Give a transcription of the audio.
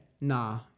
nah